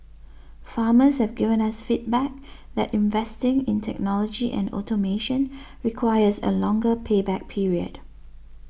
farmers have given us feedback that investing in technology and automation requires a longer pay back period